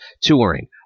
touring